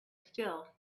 still